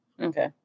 Okay